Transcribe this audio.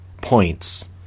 points